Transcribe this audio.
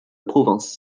province